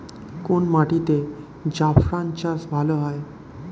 কোন মাটিতে জাফরান চাষ ভালো হয়?